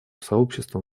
сообществом